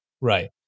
right